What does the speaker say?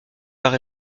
par